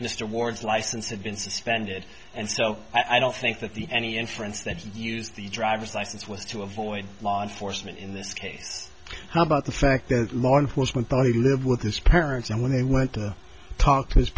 mr ward's license had been suspended and so i don't think that the any inference that use the driver's license was to avoid law enforcement in this case how about the fact that law enforcement probably lived with this parents and when they went to talk to his